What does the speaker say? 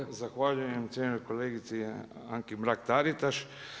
Evo zahvaljujem cijenjenoj kolegici Anki Mrak-Taritaš.